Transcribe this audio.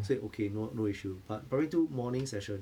所以 okay no no issue but primary two morning session